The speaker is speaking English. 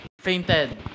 fainted